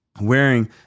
wearing